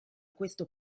questo